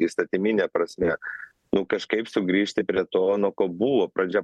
įstatymine prasme nu kažkaip sugrįžti prie to nuo ko buvo pradžia